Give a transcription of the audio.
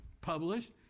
published